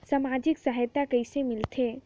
समाजिक सहायता कइसे मिलथे?